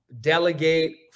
Delegate